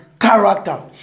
Character